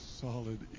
solid